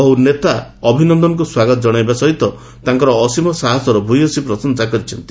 ବହୁ ନେତା ଅଭିନନ୍ଦନଙ୍କୁ ସ୍ୱାଗତ କଶାଇବା ସହିତ ତାଙ୍କର ଅସୀମ ସାହସର ଭୂୟସୀ ପ୍ରଶଂସା କରିଛନ୍ତି